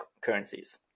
currencies